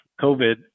COVID